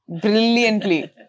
brilliantly